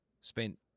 spent